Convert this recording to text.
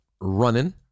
running